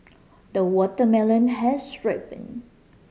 the watermelon has ripened